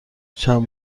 چند